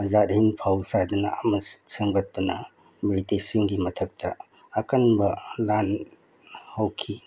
ꯑꯖꯥꯗ ꯍꯤꯟ ꯐꯧꯖ ꯍꯥꯏꯗꯅ ꯑꯃ ꯁꯦꯝꯒꯠꯇꯨꯅ ꯕ꯭ꯔꯤꯇꯤꯁꯁꯤꯡꯒꯤ ꯃꯊꯛꯇ ꯑꯀꯟꯕ ꯂꯥꯅ ꯍꯧꯈꯤ